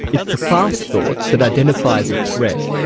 it's the fast thought that identifies a threat.